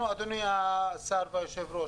אדוני השר והיושב-ראש,